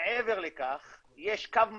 מעבר לכך יש קו מקביל,